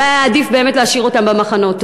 אולי היה עדיף באמת להשאיר אותם במחנות.